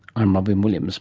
i'm robyn williams